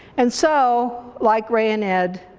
and so like ray and ed,